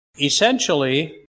Essentially